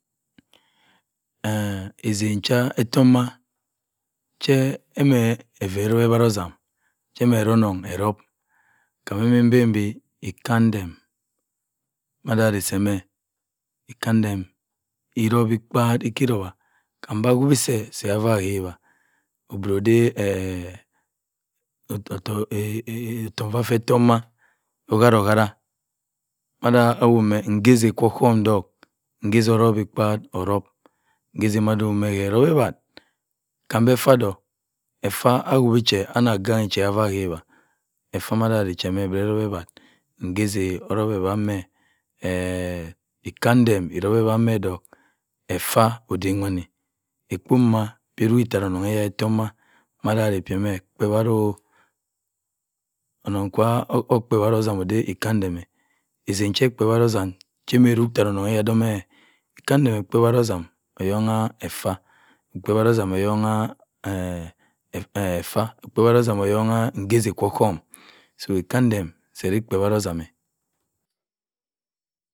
Eten chi esọhm mah chi che erup ewa otam che ede ese-onong erup kami-epen bi ekaxem. ekadem irup bi kpat kam beh ajuwi se-se magewa obera odeh. efa akwu-wi che enag agaghe ke mah kewa ekadem erowa ewat mma odok effa o de wanne, ekpo bab bi erok omma onongh heh-esọhm mak mamma ase bege ekpo-ewaro, onong kwa-okpa ewa-otam ode ekadem, eten chi ekpo ewa otum, ekedem ekpo-ewa otam eyowa effa, ekadem deh-doh ekpa-ewa otam.